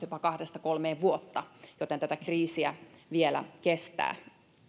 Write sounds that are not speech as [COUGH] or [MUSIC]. [UNINTELLIGIBLE] jopa kahdesta kolmeen vuotta joten tätä kriisiä vielä kestää